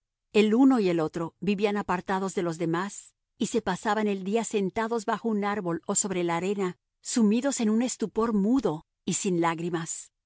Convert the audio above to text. el uno y el otro vivían apartados de los demás y se pasaban el día sentados bajo un árbol o sobre la arena sumidos en un estupor mudo y sin lágrimas